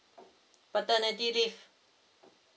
paternity leave